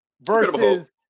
versus